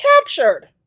captured